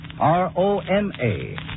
R-O-M-A